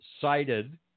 cited